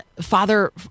Father